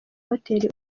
hotel